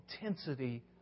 intensity